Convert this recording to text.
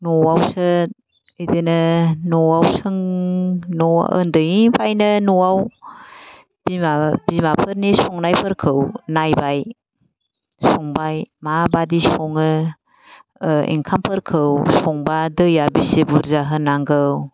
न'आवसो इदिनो न'आव सं ओन्दैनिफायनो न'आव बिमा बिमाफोरनि संनायफोरखौ नायबाय संबाय माबादि सङो ओंखामफोरखौ संबा दैया बेसे बुरजा होनांगौ